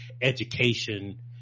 education